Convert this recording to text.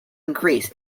increase